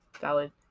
Valid